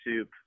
soup